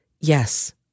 Yes